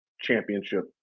championship